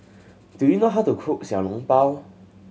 do you know how to cook Xiao Long Bao